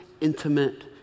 intimate